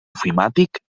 ofimàtic